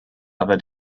other